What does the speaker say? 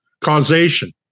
causation